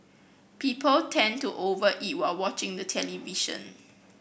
people tend to over eat while watching the television